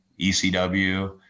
ECW